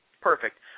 Perfect